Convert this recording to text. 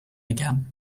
again